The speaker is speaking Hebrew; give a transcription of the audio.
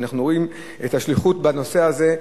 ואנחנו רואים שליחות בנושא הזה,